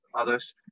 others